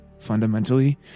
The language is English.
fundamentally